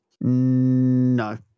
No